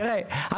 תראה,